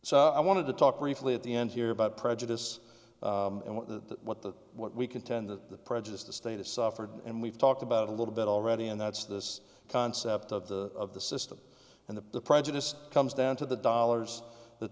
so i wanted to talk briefly at the end here about prejudice and what the what the what we contend the prejudice the status suffered and we've talked about a little bit already and that's this concept of the of the system and the prejudice comes down to the dollars that